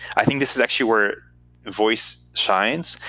i think this is actually where voice shines.